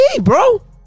bro